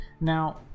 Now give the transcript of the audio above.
now